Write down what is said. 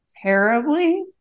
terribly